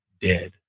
dead